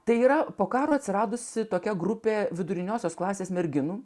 tai yra po karo atsiradusi tokia grupė viduriniosios klasės merginų